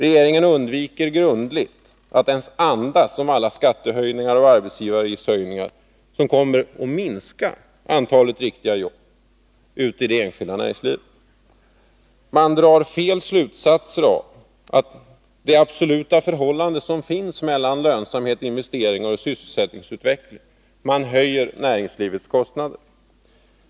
Regeringen undviker grundligt att ens andas om alla skattehöjningar och arbetsgivaravgiftshöjningar som kommer att minska antalet riktiga jobb i det enskilda näringslivet. Man drar felaktiga slutsatser när det gäller det absoluta förhållandet mellan lönsamhet, investeringar och sysselsättningsutveckling. Man höjer näringslivets kostnader.